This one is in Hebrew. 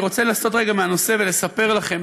אני רוצה רגע לסטות מהנושא ולספר לכם,